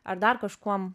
ar dar kažkuom